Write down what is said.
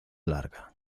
larga